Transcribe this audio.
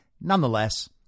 nonetheless